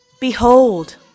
Behold